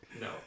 No